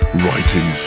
writing